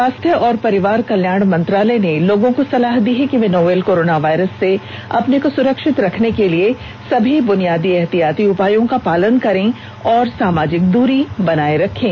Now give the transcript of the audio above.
स्वास्थ्य और परिवार कल्याण मंत्रालय ने लोगों को सलाह दी है कि वे नोवल कोरोना वायरस से अपने को सुरक्षित रखने के लिए सभी बुनियादी एहतियाती उपायों का पालन करें और सामाजिक दूरी बनाए रखें